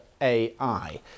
AI